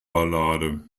ballade